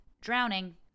Drowning